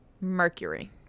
Mercury